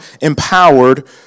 empowered